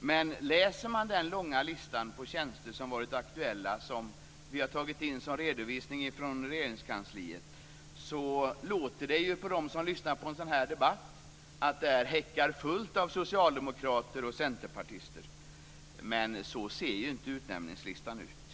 Man kan läsa den långa listan på tjänster som varit aktuella, och som vi har tagit in som redovisning från Regeringskansliet. Det låter för dem som lyssnar på en sådan här debatt att där häckar fullt av socialdemokrater och centerpartister. Men så ser inte utnämningslistan ut.